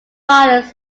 filed